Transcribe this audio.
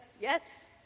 Yes